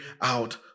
out